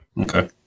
Okay